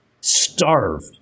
Starved